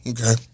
Okay